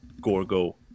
Gorgo